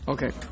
Okay